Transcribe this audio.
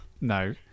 no